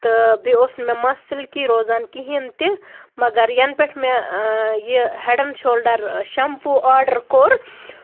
تہٕ بیٚیہِ اوس مےٚ مَس سِلکی روزان کِہینۍ تہِ مَگر ینہٕ پٮ۪ٹھ مےٚ یہِ head and shoulder shampoo order کوٚر